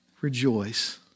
rejoice